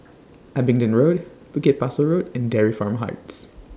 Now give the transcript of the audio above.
Abingdon Road Bukit Pasoh Road and Dairy Farm Heights